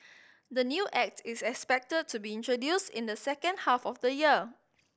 the new Act is expected to be introduced in the second half of the year